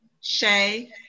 Shay